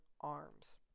arms